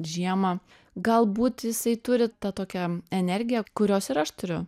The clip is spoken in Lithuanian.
žiemą galbūt jisai turi tą tokią energiją kurios ir aš turiu